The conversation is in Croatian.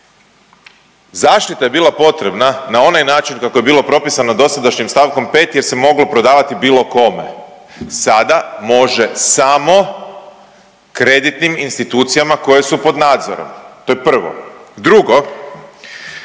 zaštita je bila potrebna na onaj način kako je bilo propisano dosadašnjim stavkom 5. jer se moglo prodavati bilo kome. Sada može samo kreditnim institucijama koje su pod nadzorom. To je prvo. Drugo,